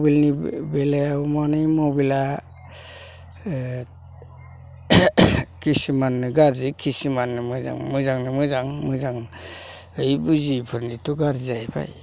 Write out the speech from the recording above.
मबेल नि बेलायाव मानि मबेलआ खिसुमाननो गाज्रि खिसुमाननो मोजां मोजांनो मोजां मोजाङै बुजियैफोरनोथ' गाज्रि जाहैबाय